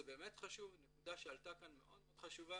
זה באמת חשוב, נקודה שעלתה כאן, מאוד מאוד חשובה